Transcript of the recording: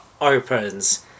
opens